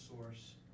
source